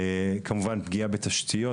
כמובן פגיעה בתשתיות,